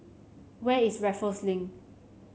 where is Raffles Link